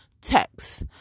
text